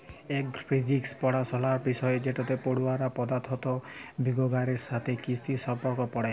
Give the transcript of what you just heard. এগ্র physics পড়াশলার বিষয় যেটতে পড়ুয়ারা পদাথথ বিগগালের সাথে কিসির সম্পর্ক পড়ে